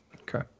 Okay